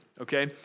okay